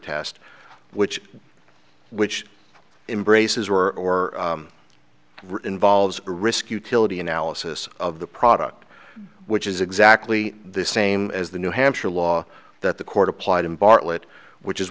test which which embraces or involves a risk utility analysis of the product which is exactly the same as the new hampshire law that the court applied in bartlet which is